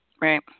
Right